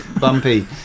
Bumpy